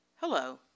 Hello